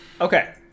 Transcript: Okay